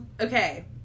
Okay